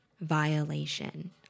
violation